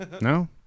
No